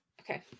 Okay